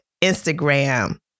Instagram